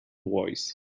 voice